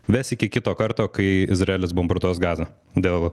ves iki kito karto kai izraelis bombarduos gazą dėl